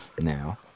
Now